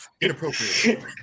Inappropriate